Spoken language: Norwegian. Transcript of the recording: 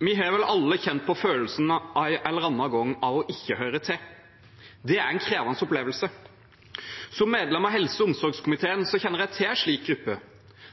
Vi har vel alle kjent på følelsen en eller annen gang av ikke å høre til. Det er en krevende opplevelse. Som medlem av helse- og omsorgskomiteen kjenner jeg til en slik gruppe.